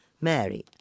Mary